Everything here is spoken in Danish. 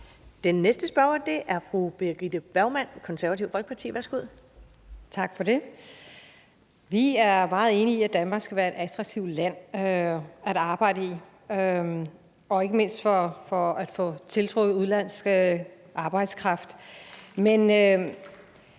Den næste spørger er fru Birgitte Bergman, Det Konservative Folkeparti. Værsgo. Kl. 15:20 Birgitte Bergman (KF): Tak for det. Vi er meget enige i, at Danmark skal være et attraktivt land at arbejde i, ikke mindst for at få tiltrukket udenlandsk arbejdskraft. Men